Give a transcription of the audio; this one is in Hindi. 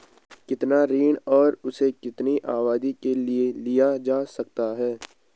कितना ऋण और उसे कितनी अवधि के लिए लिया जा सकता है?